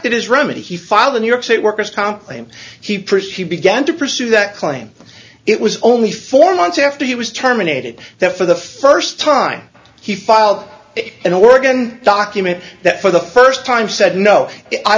that is remedy he filed a new york city worker's comp claim she prefers he began to pursue that claim it was only four months after he was terminated that for the first time he filed an organ document that for the first time said no i